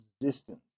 existence